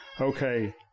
Okay